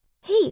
Hey